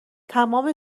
تمام